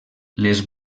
les